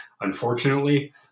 Unfortunately